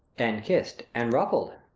and kiss'd, and ruffled!